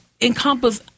encompass